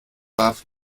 warf